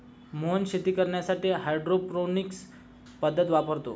मोहन शेती करण्यासाठी हायड्रोपोनिक्स पद्धत वापरतो